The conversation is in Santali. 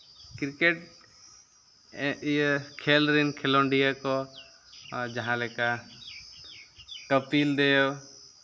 ᱠᱨᱤᱠᱮᱹᱴ ᱤᱭᱟᱹ ᱠᱷᱮᱞ ᱨᱮᱱ ᱠᱷᱮᱞᱳᱰᱤᱭᱟᱹ ᱠᱚ ᱟᱨ ᱡᱟᱦᱟᱸ ᱞᱮᱠᱟ ᱠᱟᱯᱤᱞ ᱫᱮᱵ